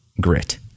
grit